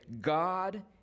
God